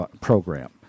program